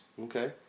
Okay